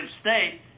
state